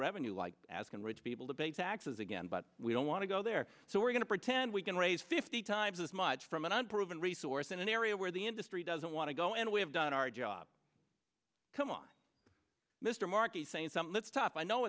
revenue like asking rich people to pay taxes again but we don't want to go there so we're going to pretend we can raise fifty times as much from an unproven resource in an area where the industry doesn't want to go and we have done our job come on mr markey saying something that's tough i know